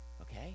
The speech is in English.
Okay